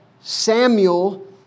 Samuel